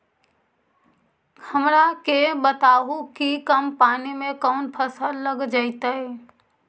हमरा के बताहु कि कम पानी में कौन फसल लग जैतइ?